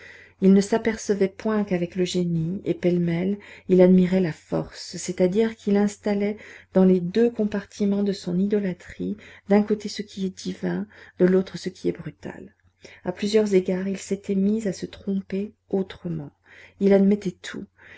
il ne s'apercevait point qu'avec le génie et pêle-mêle il admirait la force c'est-à-dire qu'il installait dans les deux compartiments de son idolâtrie d'un côté ce qui est divin de l'autre ce qui est brutal à plusieurs égards il s'était mis à se tromper autrement il admettait tout